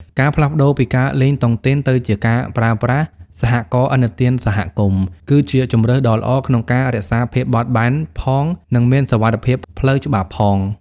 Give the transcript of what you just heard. ការផ្លាស់ប្តូរពីការលេងតុងទីន ទៅជាការប្រើប្រាស់ "សហករណ៍ឥណទានសហគមន៍" គឺជាជម្រើសដ៏ល្អក្នុងការរក្សាភាពបត់បែនផង និងមានសុវត្ថិភាពផ្លូវច្បាប់ផង។